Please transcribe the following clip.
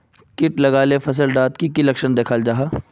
किट लगाले फसल डात की की लक्षण दखा जहा?